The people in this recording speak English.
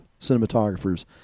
cinematographers